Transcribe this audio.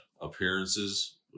Appearances